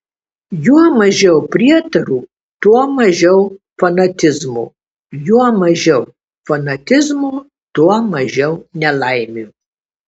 juo mažiau prietarų tuo mažiau fanatizmo juo mažiau fanatizmo tuo mažiau nelaimių